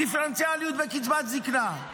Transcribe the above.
דיפרנציאליות בקצבת זקנה.